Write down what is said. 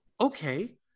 Okay